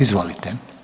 Izvolite.